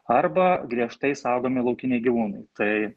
arba griežtai saugomi laukiniai gyvūnai tai